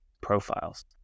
profiles